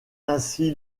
ainsi